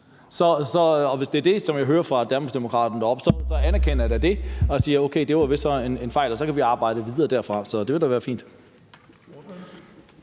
og hvis det var det, jeg hørte fra Danmarksdemokraterne, så anerkender jeg da det og siger, at det vist var en fejl, og at vi så kan arbejde videre derfra. Det ville da være fint.